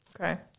Okay